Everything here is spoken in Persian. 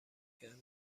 کردن